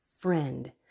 friend